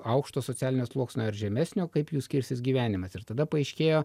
aukšto socialinio sluoksnio ar žemesnio kaip jų skirsis gyvenimas ir tada paaiškėjo